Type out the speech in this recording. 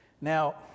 Now